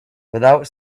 without